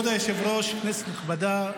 כבוד היושב-ראש, כנסת נכבדה.